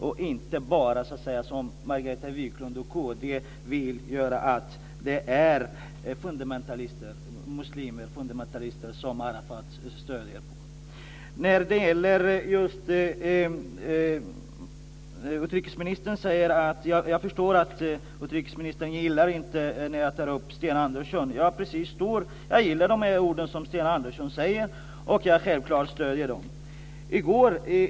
Det är inte bara, som Margareta Viklund och kristdemokraterna säger, muslimska fundamentalister som Arafat stöder sig på. Jag förstår att utrikesministern inte gillar när jag talar om Sten Andersson. Jag gillar de ord som Sten Andersson säger, och jag stöder dem självklart.